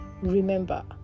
Remember